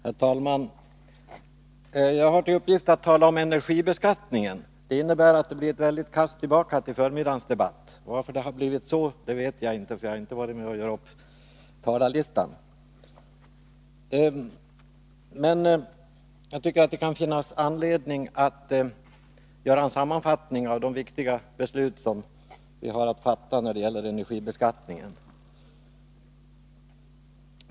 Herr talman! Jag har till uppgift att tala om energibeskattningen. Det innebär att det blir ett väldigt kast tillbaka till förmiddagens debatt. Varför det har blivit så här vet jag inte, för jag har inte varit med om att göra upp talarlistan. Det kan dock finnas anledning att göra en sammanfattning av förslag om energibeskattning som vi har att ta ställning till.